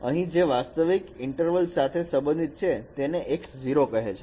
અહીં જે વાસ્તવિક ઇન્ટરવલ સાથે સંબંધિત છે તેને X0 કહે છે